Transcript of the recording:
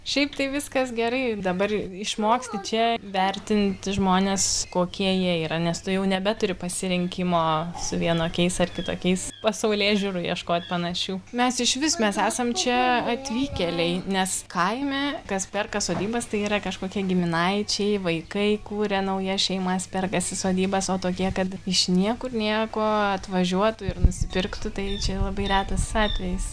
šiaip tai viskas gerai dabar išmoksti čia vertinti žmones kokie jie yra nes tu jau nebeturi pasirinkimo su vienokiais ar kitokiais pasaulėžiūrų ieškot panašių mes išvis mes esam čia atvykėliai nes kaime kas perka sodybas tai yra kažkokie giminaičiai vaikai kuria naujas šeimas perkasi sodybas o tokie kad iš niekur nieko atvažiuotų ir nusipirktų tai čia labai retas atvejis kai nusprendėte išvykti į kaimą